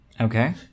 okay